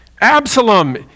Absalom